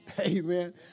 Amen